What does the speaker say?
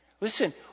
Listen